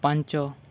ପାଞ୍ଚ